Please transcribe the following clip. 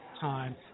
time